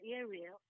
area